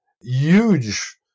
huge